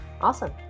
Awesome